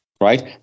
right